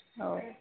हो